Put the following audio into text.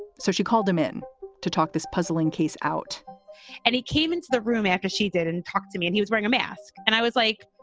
so she called him in to talk this puzzling case out and he came into the room after she didn't talk to me. he was wearing a mask. and i was like,